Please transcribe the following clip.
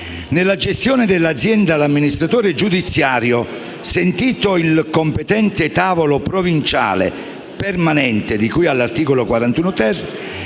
«Nella gestione dell'azienda l'amministratore giudiziario, sentito il competente tavolo provinciale permanente di cui all'articolo 41-*ter*,